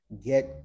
get